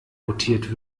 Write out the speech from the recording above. rotiert